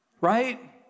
right